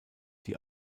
die